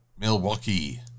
Milwaukee